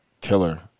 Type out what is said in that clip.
killer